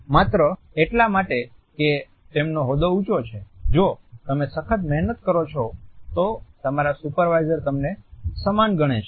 માત્ર અટલા માટે કે તેમનો હોદ્દો ઉંચો છે જો તમે સખત મહેનત કરો છો તો તમારા સુપરવાઈઝર તમને સમાન ગણે છે